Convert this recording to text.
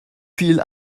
fiel